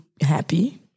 happy